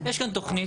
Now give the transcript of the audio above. יש כאן תוכנית